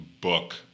book